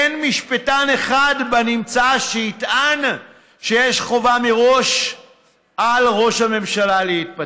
אין משפטן אחד בנמצא שיטען שיש חובה מראש על ראש הממשלה להתפטר.